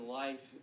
life